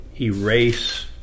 erase